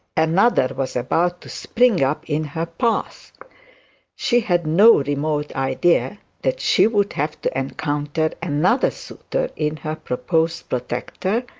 another was about to spring up in her path she had no remote idea that she would have to encounter another suitor in her proposed protector,